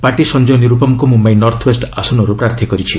party Sanjay ନିରୁପମଙ୍କୁ Mumbai North West ଆସନରୁ ପ୍ରାର୍ଥୀ କରିଛି